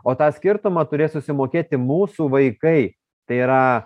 o tą skirtumą turės susimokėti mūsų vaikai tai yra